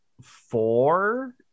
four